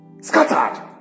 Scattered